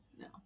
no